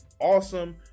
awesome